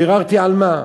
ביררתי על מה,